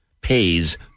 pays